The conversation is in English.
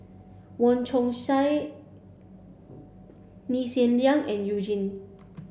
Wong Chong Sai Lee Hsien Yang and You Jin